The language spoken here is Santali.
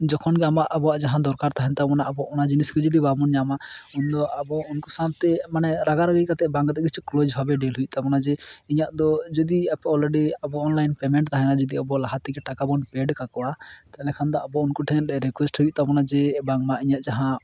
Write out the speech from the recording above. ᱡᱚᱠᱷᱚᱱ ᱜᱮ ᱟᱢᱟᱜ ᱟᱵᱚᱣᱟᱜ ᱡᱟᱦᱟᱸ ᱫᱚᱨᱠᱟᱨ ᱛᱟᱦᱮᱱ ᱛᱟᱵᱚᱱᱟ ᱚᱱᱟ ᱡᱤᱱᱤᱥ ᱜᱮ ᱡᱩᱫᱤ ᱵᱟᱵᱚᱱ ᱧᱟᱢᱟ ᱩᱱ ᱫᱚ ᱩᱱᱠᱩ ᱟᱵᱚ ᱩᱱᱠᱩ ᱥᱟᱶᱛᱮ ᱢᱟᱱᱮ ᱨᱟᱜᱟᱼᱨᱟᱹᱜᱤ ᱠᱟᱛᱮᱫ ᱵᱟᱝ ᱠᱟᱛᱮᱫ ᱠᱤᱪᱷᱩ ᱠᱞᱳᱡᱽ ᱵᱷᱟᱵᱮ ᱰᱤᱞ ᱦᱩᱭᱩᱜ ᱛᱟᱵᱚᱱᱟ ᱡᱮ ᱤᱧᱟᱜ ᱫᱚ ᱡᱩᱫᱤ ᱟᱯᱮ ᱚᱞᱨᱮᱰᱤ ᱟᱯᱮ ᱚᱱᱞᱟᱭᱤᱱ ᱯᱮᱢᱮᱱᱴ ᱛᱟᱦᱮᱱᱟ ᱡᱩᱫᱤ ᱟᱵᱚ ᱞᱟᱦᱟ ᱛᱮᱜᱮ ᱴᱟᱠᱟ ᱵᱚᱱ ᱯᱮᱹᱰ ᱠᱟᱠᱚᱣᱟ ᱛᱟᱦᱞᱮ ᱠᱷᱟᱱ ᱫᱚ ᱟᱵᱚ ᱩᱱᱠᱩ ᱴᱷᱮᱱ ᱨᱤᱠᱩᱭᱮᱥᱴ ᱦᱩᱭᱩᱜ ᱛᱟᱵᱚᱱᱟ ᱡᱮ ᱵᱟᱝ ᱢᱟ ᱤᱧᱟᱹᱜ ᱡᱟᱦᱟᱸ